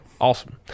awesome